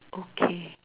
okay